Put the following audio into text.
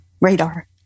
Radar